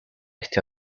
este